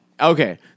Okay